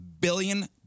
billion